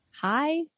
Hi